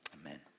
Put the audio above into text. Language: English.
Amen